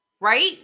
right